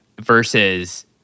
versus